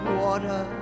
water